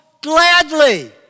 gladly